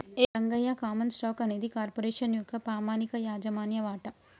Rangayya common stock అనేది corporation యొక్క పామనిక యాజమాన్య వాట